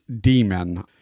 Demon